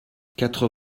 quatre